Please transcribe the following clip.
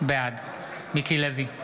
בעד מיקי לוי,